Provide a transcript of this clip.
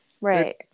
Right